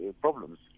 problems